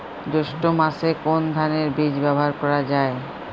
জৈষ্ঠ্য মাসে কোন ধানের বীজ ব্যবহার করা যায়?